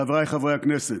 חבריי חברי הכנסת,